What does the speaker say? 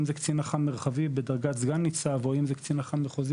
אם זה קצין אח"מ מרחבי בדרגת סגן ניצב או קצין אח"מ מחוזי